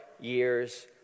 years